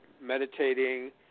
meditating